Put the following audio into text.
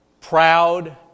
proud